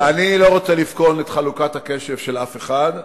אני לא רוצה לבחון את חלוקת הקשב של אף אחד,